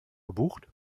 gebucht